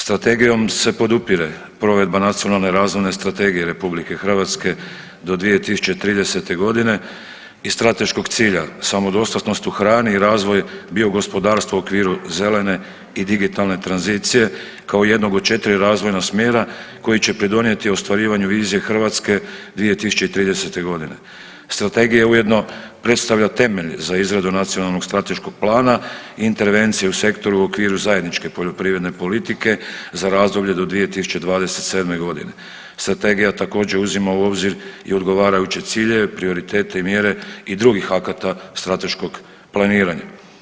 Strategijom se podupire provedba Nacionalne razvojne strategije RH do 2030.g. i strateškog cilja samodostatnost u hrani i razvoj bio gospodarstva u okviru zelene i digitalne tranzicije kao jednog od četiri razvojna smjera koji će pridonijeti ostvarivanju vizije Hrvatske 2030.g. Strategija ujedno predstavlja temelj za izradu Nacionalnog strateškog plana, intervencija u sektoru u okviru zajedničke poljoprivredne politike za razdoblje do 2027.g. strategija također uzima u obzir i odgovarajuće ciljeve, prioritete i mjere i drugih akata strateškog planiranja.